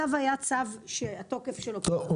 הצו הזה היה צו שהתוקף שלו --- טוב,